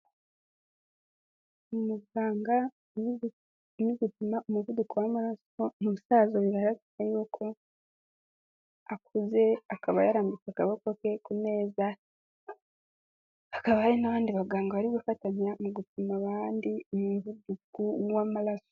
Umuganga uri gupima umuvuduko w'amaraso umusaza ubona ko akuze, akaba yarambitse akaboko ke ku meza, hakaba hari n'abandi baganga bari gufatanya mu gupima abandi umuvuduko w'amaraso.